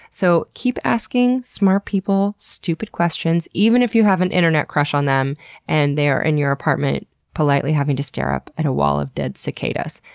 so keep asking smart people stupid questions even if you have an internet crush on them and they are in your apartment politely having to stare up at a wall of dead cicadas.